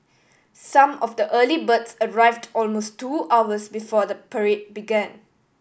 some of the early birds arrived almost two hours before the parade began